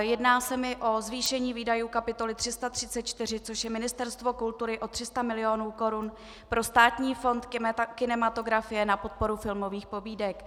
Jedná se mi o zvýšení výdajů kapitoly 334, což je Ministerstvo kultury, o 300 milionů korun pro Státní fond kinematografie na podporu filmových pobídek.